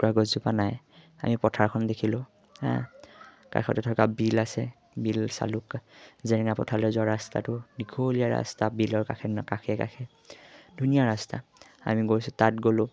কুটকুৰা গছজোপা নাই আমি পথাৰখন দেখিলোঁ হা কাষতে থকা বিল আছে বিল চালুক জেৰেঙা পথাৰলৈ যোৱাৰ ৰাস্তাটো দীঘলীয়া ৰাস্তা বিলৰ কাষে ন কাষে কাষে ধুনীয়া ৰাস্তা আমি গৈছোঁ তাত গ'লোঁ